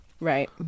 Right